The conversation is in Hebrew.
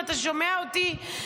אם אתה שומע אותי,